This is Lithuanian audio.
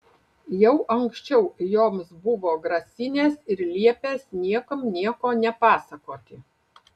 jau anksčiau joms buvo grasinęs ir liepęs niekam nieko nepasakoti